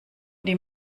die